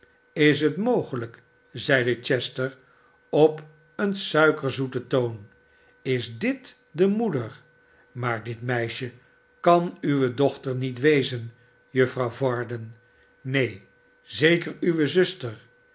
is het mogelijk zeide chester op een suikerzoeten toon is dit de moeder maar dit meisje kan uwe dochter niet wezen juffrouw varden neen n zeker uwe zuster